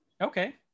Okay